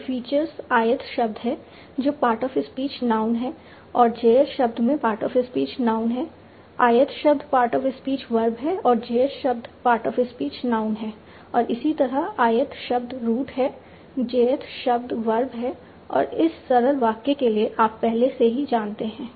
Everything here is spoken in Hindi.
तो फीचर्स ith शब्द हैं जो पार्ट ऑफ स्पीच नाउन है और jth शब्द में पार्ट ऑफ स्पीच नाउन है ith शब्द पार्ट ऑफ स्पीच वर्ब है jth शब्द पार्ट ऑफ स्पीच नाउन है और इसी तरह ith शब्द रूट है jth शब्द वर्ब है और इस सरल वाक्य के लिए आप पहले से ही जानते हैं